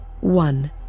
one